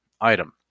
item